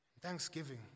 thanksgiving